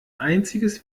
einziges